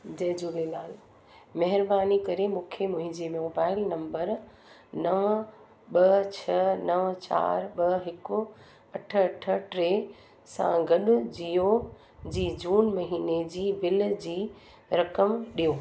जय झूलेलाल महिरबानी करे मूंखे मुंहिंजे मोबाइल नंबर नव ॿ छ नव चारि ॿ हिकु अठ अठ टे सां ॻॾु जियो जी जून महीने जी बिल जी रक़म ॾियो